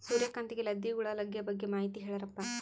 ಸೂರ್ಯಕಾಂತಿಗೆ ಲದ್ದಿ ಹುಳ ಲಗ್ಗೆ ಬಗ್ಗೆ ಮಾಹಿತಿ ಹೇಳರಪ್ಪ?